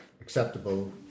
acceptable